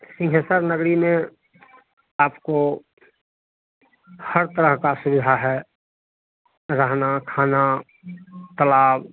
सिंहेसर नगरी में आपको हर तरह की सुविधा है रहना खाना तालाब